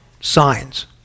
signs